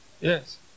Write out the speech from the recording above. Yes